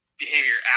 behavior